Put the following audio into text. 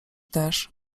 też